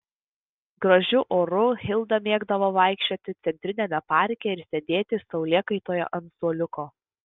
gražiu oru hilda mėgdavo vaikščioti centriniame parke ir sėdėti saulėkaitoje ant suoliuko